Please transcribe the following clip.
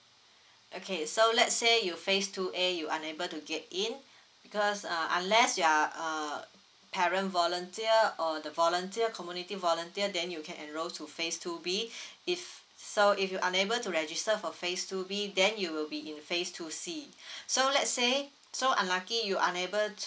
okay so let's say you phase two A you unable to get in because uh unless you're uh parent volunteer or the volunteer community volunteer then you can enroll to phase two B if so if you unable to register for phase two B then you will be in phase two C so let's say so unlucky you unable